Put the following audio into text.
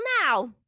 now